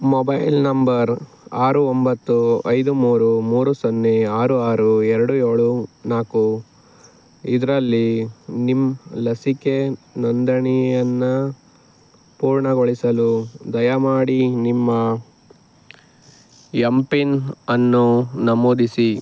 mobile number ಆರು ಒಂಬತ್ತು ಐದು ಮೂರು ಮೂರು ಸೊನ್ನೆ ಆರು ಆರು ಎರಡು ಏಳು ನಾಲ್ಕು ಇದರಲ್ಲಿ ನಿಮ್ಮ ಲಸಿಕೆ ನೋಂದಣಿಯನ್ನು ಪೂರ್ಣಗೊಳಿಸಲು ದಯಮಾಡಿ ನಿಮ್ಮ ಎಮ್ ಪಿನ್ ಅನ್ನು ನಮೂದಿಸಿ